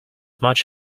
much